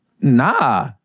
Nah